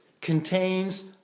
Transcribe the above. contains